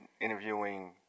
interviewing